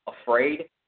afraid